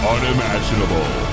Unimaginable